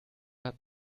hat